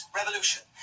revolution